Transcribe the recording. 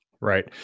Right